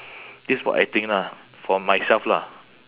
that's what I think lah for myself lah